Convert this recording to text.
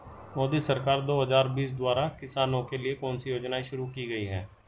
मोदी सरकार दो हज़ार बीस द्वारा किसानों के लिए कौन सी योजनाएं शुरू की गई हैं?